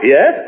Yes